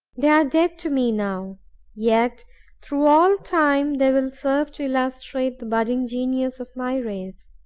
they are dead to me now yet through all time they will serve to illustrate the budding genius of my race.